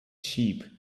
sheep